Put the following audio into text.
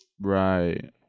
right